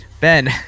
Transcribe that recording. Ben